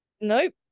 Nope